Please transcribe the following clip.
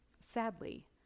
Sadly